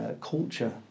culture